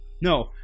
No